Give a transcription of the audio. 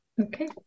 Okay